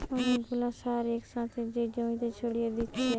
অনেক গুলা সার এক সাথে যে জমিতে ছড়িয়ে দিতেছে